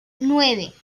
nueve